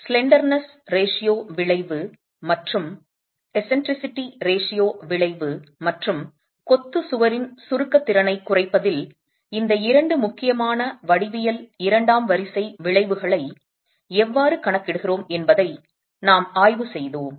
மெலிதான விகிதத்தின் விளைவு மற்றும் மைய பிறழ்வு விகிதத்தின் விளைவு மற்றும் கொத்து சுவரின் சுருக்க திறனைக் குறைப்பதில் இந்த இரண்டு முக்கியமான வடிவியல் இரண்டாம் வரிசை விளைவுகளை எவ்வாறு கணக்கிடுகிறோம் என்பதை நாம் ஆய்வு செய்தோம்